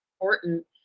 important